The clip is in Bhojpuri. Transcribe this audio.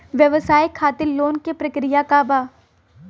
व्यवसाय खातीर लोन के प्रक्रिया का बा?